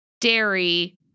dairy